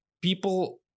people